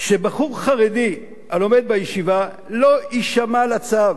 שבחור חרדי הלומד בישיבה לא יישמע לצו